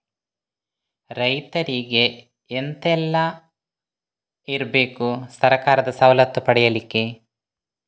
ರೈತರಿಗೆ ಎಂತ ಎಲ್ಲ ಇರ್ಬೇಕು ಸರ್ಕಾರದ ಸವಲತ್ತು ಪಡೆಯಲಿಕ್ಕೆ?